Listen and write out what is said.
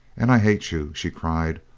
and i hate you! she cried.